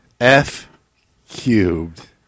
F-Cubed